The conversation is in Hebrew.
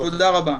כוועדה,